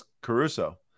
Caruso